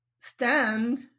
stand